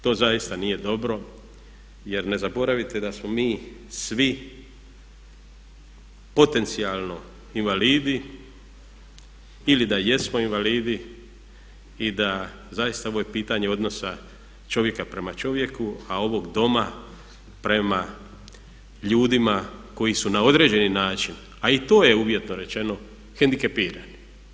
To zaista nije dobro jer ne zaboravite da smo mi svi potencijalno invalidi ili da jesmo invalidi i da zaista ovo je pitanje odnosa čovjeka prema čovjeku a ovog Doma prema ljudima koji su na određeni način a i to je uvjetno rečeno hendikepirani.